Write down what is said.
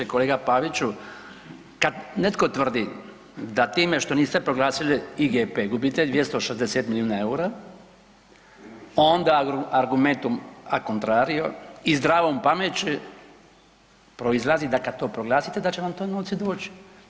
Kolega Paviću, kad netko tvrdi da time što niste proglasili IGP gubite 260 milijuna EUR-a onda argumentom „acontrario“ i zdravom pameću proizlazi da kad to proglasite da će vam to novci doći.